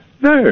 No